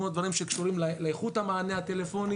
כמו הדברים שקשורים לאיכות המענה הטלפוני